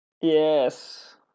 Yes